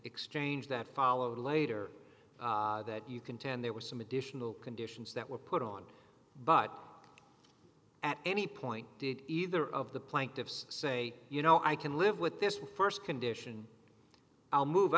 exchange that followed later that you contend there was some additional conditions that were put on but at any point did either of the plaintiffs say you know i can live with this first condition i'll move